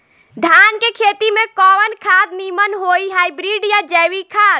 धान के खेती में कवन खाद नीमन होई हाइब्रिड या जैविक खाद?